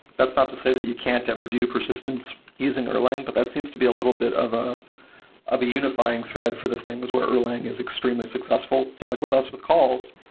that's not to say that you can't ever do persistence using erlang, but that seems to be a little bit of ah of a unifying thread for the things where erlang is extremely successful. so like with us with calls,